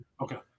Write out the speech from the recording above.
Okay